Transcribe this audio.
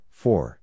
four